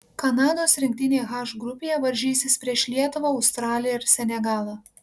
kanados rinktinė h grupėje varžysis prieš lietuvą australiją ir senegalą